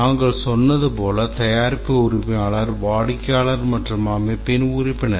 நாங்கள் சொன்னது போல் தயாரிப்பு உரிமையாளர் வாடிக்கையாளர் மற்றும் அமைப்பின் உறுப்பினர்